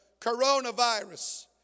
coronavirus